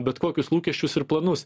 bet kokius lūkesčius ir planus